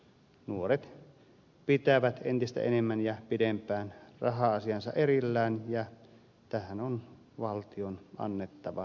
nuoret pitävät entistä enemmän ja pidempään raha asiansa erillään ja tähän on valtion annettava mahdollisuus